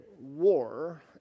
war